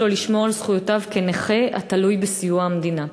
לו לשמור על זכויותיו כנכה התלוי בסיוע המדינה.